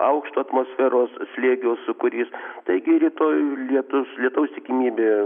aukšto atmosferos slėgio sūkurys taigi rytoj lietus lietaus tikimybė